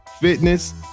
Fitness